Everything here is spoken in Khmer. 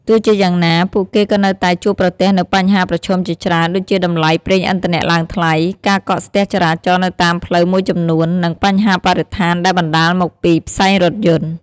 ទោះជាយ៉ាងណា ពួកគេក៏នៅតែជួបប្រទះនូវបញ្ហាប្រឈមជាច្រើនដូចជាតម្លៃប្រេងឥន្ធនៈឡើងថ្លៃ ការកកស្ទះចរាចរណ៍នៅតាមផ្លូវមួយចំនួន និងបញ្ហាបរិស្ថានដែលបណ្តាលមកពីផ្សែងរថយន្ត។